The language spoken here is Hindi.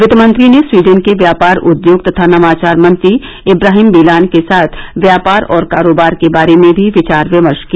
वित्तमंत्री ने स्वीडन के व्यापार उद्योग तथा नवाचार मंत्री इब्राहिम बेलान के साथ व्यापार और कारोबार के बारे में भी विचार विमर्श किया